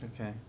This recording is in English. Okay